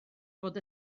bod